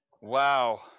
Wow